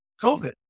COVID